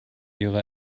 ihre